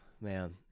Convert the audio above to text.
man